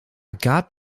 gab